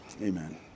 Amen